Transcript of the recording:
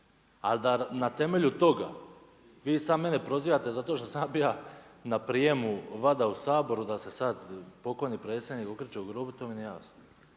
Ali da na temelju toga, vi sad mene prozivate, zato što sam ja bia, na prijemu valjda u Saboru, da se sad pokojni predsjednik okreće u grobu, to mi nije jasno.